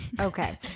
Okay